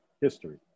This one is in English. history